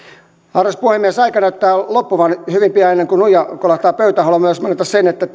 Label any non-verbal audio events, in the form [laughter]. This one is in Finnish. arvoisa puhemies aika näyttää loppuvan hyvin pian ennen kuin nuija kolahtaa pöytään haluan myös mainita sen että [unintelligible]